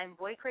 imboycrazy